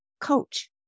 coach